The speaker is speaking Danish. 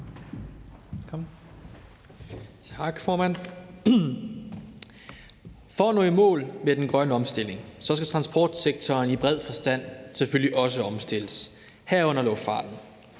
Tak, formand. For at nå i mål med den grønne omstilling skal transportsektoren i bred forstand selvfølgelig også omstilles, herunder luftfarten.